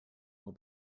will